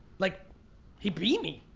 like he beat me.